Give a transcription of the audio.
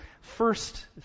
first